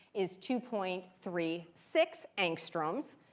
is two point three six angstroms,